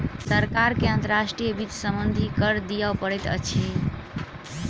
सरकार के अंतर्राष्ट्रीय वित्त सम्बन्धी कर दिअ पड़ैत अछि